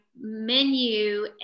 menu